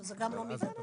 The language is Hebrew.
שזה גם לא מידתי.